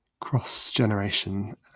cross-generation